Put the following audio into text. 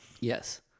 yes